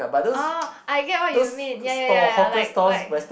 orh I get what you mean ya ya ya ya like like